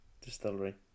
distillery